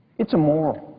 it's immoral.